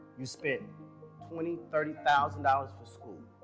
you spent twenty, thirty thousand dollars for school.